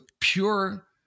pure